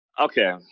okay